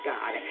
God